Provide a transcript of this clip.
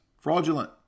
fraudulent